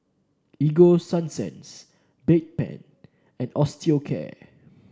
Ego Sunsense Bedpan and Osteocare